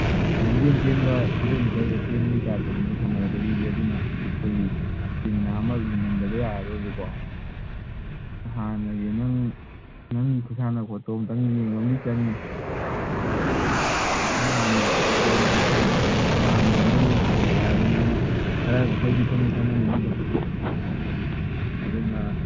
ꯂꯝꯖꯦꯟ ꯆꯦꯟꯕ hundred meter race ꯆꯦꯟꯕꯩ ꯇꯥꯏꯞꯇꯅꯤꯅꯦ ꯁꯥꯟꯅꯔꯛꯀꯗꯣꯏꯁꯦ ꯑꯗꯨꯅ ꯑꯩꯈꯣꯏꯒꯤ ꯏꯁꯇꯦꯃꯤꯅꯥ ꯑꯃ ꯂꯤꯡꯍꯟꯗꯕ ꯌꯥꯔꯔꯣꯏꯕꯀꯣ ꯍꯥꯟꯅꯒꯤ ꯅꯪ ꯅꯪ ꯈꯨꯁꯥꯟꯅ ꯈꯣꯠꯇꯣ ꯑꯝꯇꯪ ꯌꯦꯡꯕ ꯑꯝꯗꯤ ꯆꯪꯏ ꯅꯪ ꯍꯥꯟꯅ ꯇ꯭ꯔꯦꯟ ꯍꯥꯟꯅ ꯅꯪꯒꯤ ꯁꯥꯟꯅꯩ ꯍꯥꯏꯕꯅꯤꯅ ꯈꯔ ꯃꯈꯩꯗꯤ ꯈꯪꯗꯤ ꯈꯪꯉꯝꯃꯅꯤꯗꯅ ꯑꯗꯨꯅ